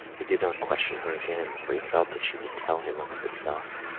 he did not question her again, for he felt that she would tell him of herself.